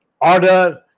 order